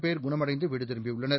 பேர் குண்மடைந்துவீடுதிரும்பியுள்ளனர்